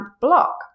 Block